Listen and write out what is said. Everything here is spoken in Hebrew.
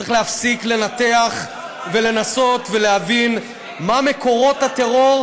צריך להפסיק לנתח ולנסות להבין מה מקורות הטרור,